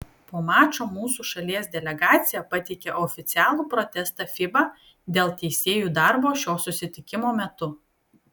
po mačo mūsų šalies delegacija pateikė oficialų protestą fiba dėl teisėjų darbo šio susitikimo metu